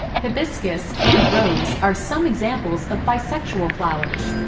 hibiscus and rose are some examples of bisexual flowers.